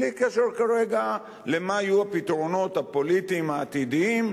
בלי קשר כרגע למה יהיו הפתרונות הפוליטיים העתידיים.